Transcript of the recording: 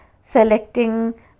selecting